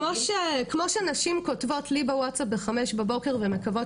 כמו שנשים כותבות לי בווטסאפ בחמש בבוקר ומקוות